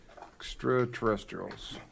Extraterrestrials